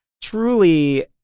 truly